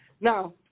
Now